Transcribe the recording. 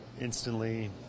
instantly